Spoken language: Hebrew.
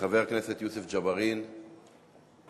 חבר הכנסת יוסף ג'בארין, נמצא?